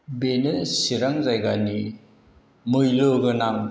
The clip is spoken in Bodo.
बेनो चिरां जायगानि मैल्य'गोनां